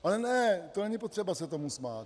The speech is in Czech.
Ale ne, to není potřeba se tomu smát.